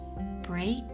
Break